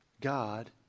God